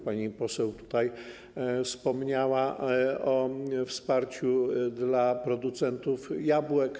Pani poseł wspomniała o wsparciu dla producentów jabłek.